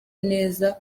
neza